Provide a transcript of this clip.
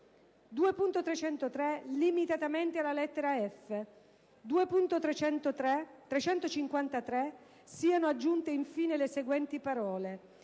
2.303 (limitatamente alla lettera *f*) e 2.353 siano aggiunte in fine le seguenti parole: